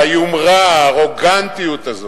שהיומרה, הארוגנטיות הזאת,